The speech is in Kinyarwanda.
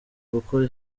kuko